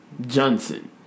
Johnson